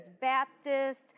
Baptist